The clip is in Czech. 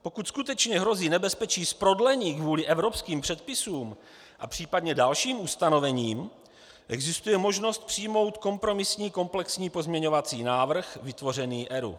Pokud skutečně hrozí nebezpečí z prodlení kvůli evropským předpisům a případně dalším ustanovením, existuje možnost přijmout kompromisní komplexní pozměňovací návrh vytvořený ERÚ.